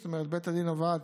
זאת אומרת, בית הדין עבד